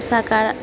साका